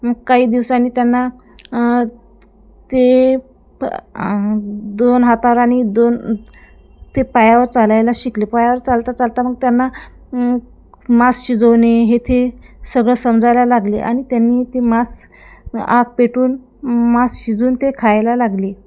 मग काही दिवसांनी त्यांना ते दोन हातावर आणि दोन ते पायावर चालायला शिकले पायावर चालता चालता मग त्यांना मांस शिजवणे हे ते सगळं समजायला लागले आणि त्यांनी ते मांस आग पेटून मास शिजून ते खायला लागले